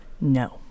No